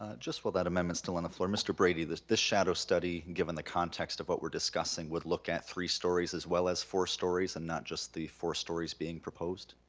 ah just while that amendment's still on and the floor, mr. brady, the the shadow study, given the context of what we're discussing would look at three stories as well as four stories, and not just the four stories being proposed?